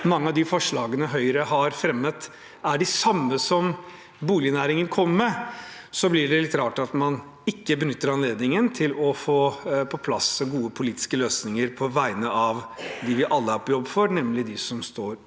mange av de forslagene Høyre har fremmet, er de samme som bolignæringen kommer med, blir det litt rart at man ikke benytter anledningen til å få på plass gode politiske løsninger på vegne av dem vi alle er på jobb for, nemlig de som står